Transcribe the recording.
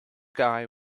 guy